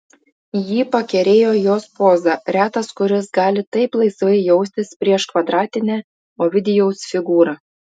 jį pakerėjo jos poza retas kuris gali taip laisvai jaustis prieš kvadratinę ovidijaus figūrą